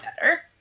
better